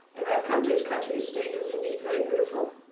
i come to his country estate. it was indeed very beautiful,